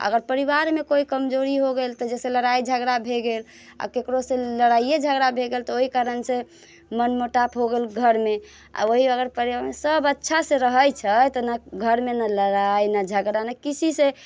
अगर परिवारमे कोइ कमजोरी हो गेल तऽ जइसे लड़ाइ झगड़ा भए गेल आ ककरो से लड़ाइए झगड़ा भए गेल तऽ ओहि कारण से मन मुटाओ हो गेल घरमे आ ओएह अगर परिवारमे सभ अच्छा से रहैत छै तऽ घरमे नहि लड़ाइ नहि झगड़ा नहि किसी से